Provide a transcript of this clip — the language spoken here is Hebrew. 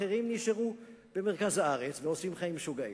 אחרים נשארו במרכז הארץ ועושים חיים משוגעים.